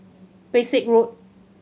Pesek Road